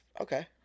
okay